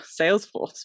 Salesforce